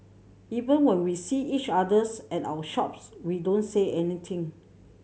even when we see each others at our shops we don't say anything